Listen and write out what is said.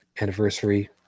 anniversary